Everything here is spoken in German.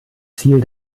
ziel